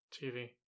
TV